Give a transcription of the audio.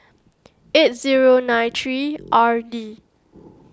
eight zero nine three r d